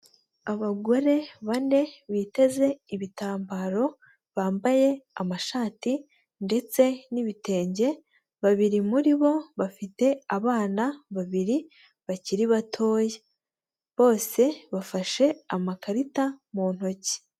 Abagore bane biteze ibitambaro, bambaye amashati ndetse n'ibitenge, babiri muri bo bafite abana babiri bakiri batoya. Bose bafashe amakarita mu ntoki.